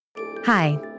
Hi